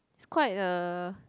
is quite a